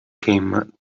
came